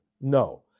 No